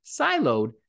siloed